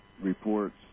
reports